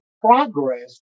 progress